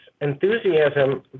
enthusiasm